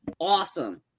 awesome